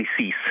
cease